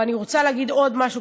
ואני רוצה להגיד עוד משהו,